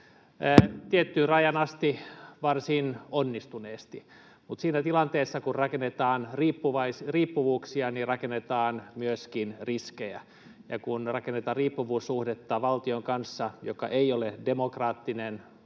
tiettyyn rajaan asti varsin onnistuneesti, mutta siinä tilanteessa, kun rakennetaan riippuvuuksia, rakennetaan myöskin riskejä. Ja kun rakennetaan riippuvuussuhdetta valtion kanssa, joka ei ole demokraattinen,